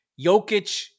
Jokic